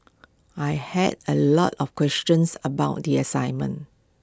I had A lot of questions about the assignment